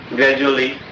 gradually